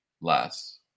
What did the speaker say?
less